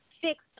fixed